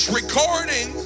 recording